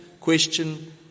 question